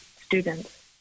students